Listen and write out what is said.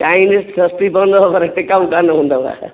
Chinese सस्ती पवंदव पर टिकाऊ कान हूंदव